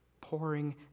pouring